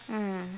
mm